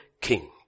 King